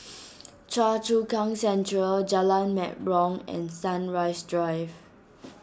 Choa Chu Kang Central Jalan Mempurong and Sunrise Drive